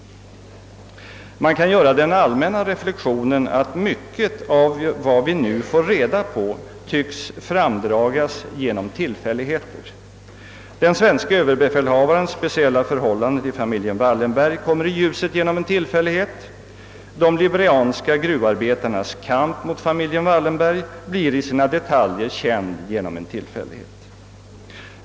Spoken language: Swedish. Man kan göra den allmänna reflexionen att mycket av vad vi nu får reda på tycks framdragas genom tillfälligheter. Den svenske överbefälhavarens speciella förhållande till familjen Wallenberg kommer i ljuset genom en tillfällighet. De liberianska gruvarbetarnas kamp mot familjen Wallenberg blir i sina detaljer känd genom en tillfällighet.